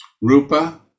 rupa